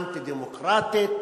אנטי-דמוקרטית,